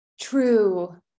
true